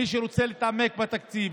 מי שרוצה להתעמק בתקציב,